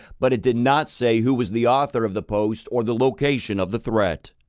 but it did not say who was the author of the post or the location of the threat.